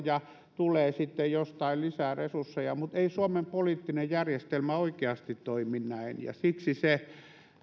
ja tulee sitten jostain lisää resursseja mutta ei suomen poliittinen järjestelmä oikeasti toimi näin ja siksi se